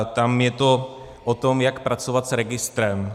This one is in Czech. Tam je to o tom, jak pracovat s registrem.